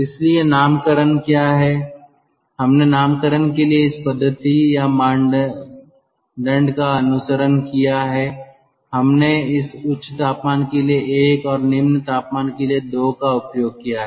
इसलिए नामकरण क्या हैहमने नामकरण के लिए इस पद्धति या मानदंड का अनुसरण किया है हमने इस उच्च तापमान के लिए एक और निम्न तापमान के लिए दो का उपयोग किया है